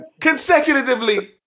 Consecutively